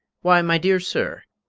why, my dear sir,